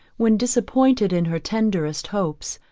when disappointed in her tenderest hopes,